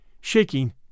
shaking